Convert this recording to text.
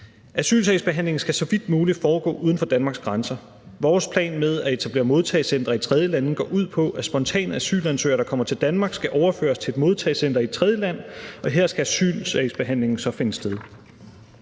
Asylbehandlingen skal så vidt muligt foregå uden for Danmarks grænser. Vores plan med at etablere modtagecentre i tredjelande går ud på, at spontane asylansøgere, der kommer til Danmark, skal overføres til et modtagecenter i et tredjeland, og her skal asylsagsbehandlingen så finde sted.